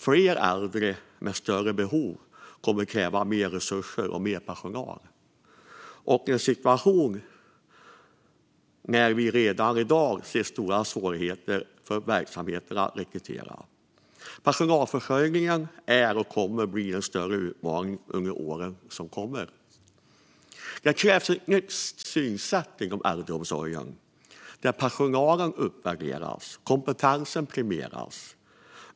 Fler äldre med större behov kommer att kräva mer resurser och mer personal, och det i en situation när man redan i dag ser stora svårigheter för verksamheterna att rekrytera. Personalförsörjningen är och kommer att bli en än större utmaning under åren som kommer. Det krävs ett nytt synsätt inom äldreomsorgen där personal uppvärderas och kompetens premieras.